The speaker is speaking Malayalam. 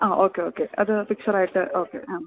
ആ ഓക്കെ ഓക്കെ അത് പിക്ചറായിട്ട് ഓക്കെ ആ